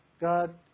God